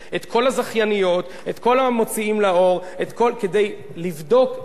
כדי לבדוק איך אנחנו ממשיכים בעולם משתנה.